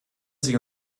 sie